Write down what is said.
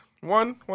One